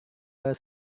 baru